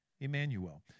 Emmanuel